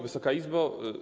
Wysoka Izbo!